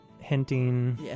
hinting